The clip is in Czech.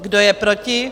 Kdo je proti?